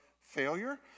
failure